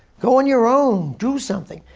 go on your own. do something.